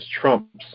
trumps